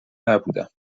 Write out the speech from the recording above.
نبودم